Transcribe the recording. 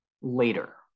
later